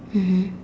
mmhmm